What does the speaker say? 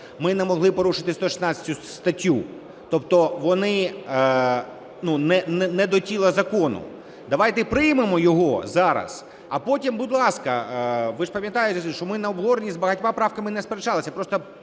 ми не могли порушити 116 статтю. Тобто вони, ну, не до тіла закону. Давайте приймемо його зараз. А потім, будь ласка, ви ж пам'ятаєте, що ми на обговоренні з багатьма правками не сперечалися. Просто